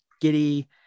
giddy